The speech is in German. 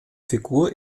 figur